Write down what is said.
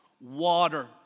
water